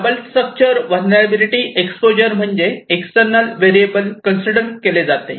double structure vulnerability exposure म्हणजे external variable consider केले जाते